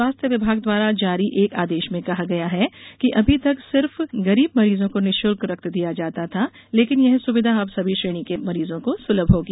स्वास्थ्य विभाग द्वारा जारी एक आदेश में कहा गया है कि अभी तक सिर्फ गरीब मरीजों को निःशुल्क में रक्त दिया जाता था लेकिन यह सुविधा अब सभी श्रेणी के मरीजों को सुलभ होगी